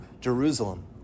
Jerusalem